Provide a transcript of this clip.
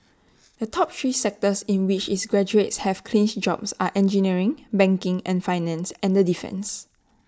the top three sectors in which its graduates have clinched jobs are engineering banking and finance and defence